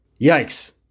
Yikes